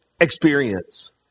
experience